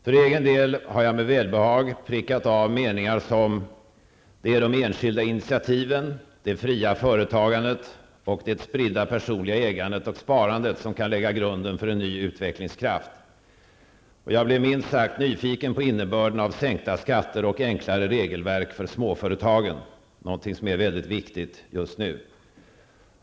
För egen del har jag med välbehag prickat av en mening som den här: Det är de enskilda initiativen, det fria företagandet och det spridda personliga ägandet och sparandet som kan lägga grunden för en ny utvecklingskraft. Jag blev minst sagt nyfiken på innebörden av ''sänkta skatter och enklare regelverk för småföretagen'', något som är mycket viktigt just nu.